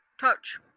touch